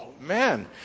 man